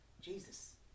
Jesus